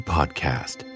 Podcast